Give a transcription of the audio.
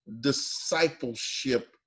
discipleship